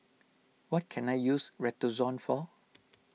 what can I use Redoxon for